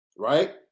right